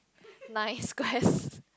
nine squares